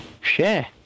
share